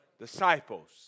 Disciples